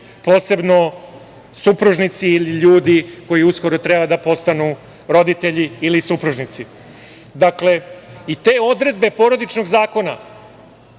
posebno supružnici ili ljudi koji uskoro treba da postanu roditelji ili supružnici. Dakle, i te odredbe Porodičnog zakona,